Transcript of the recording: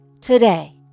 today